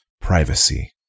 privacy